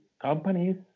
companies